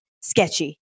sketchy